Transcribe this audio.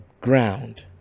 ground